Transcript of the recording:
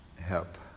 help